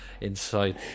inside